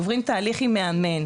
עוברים תהליך עם מאמן,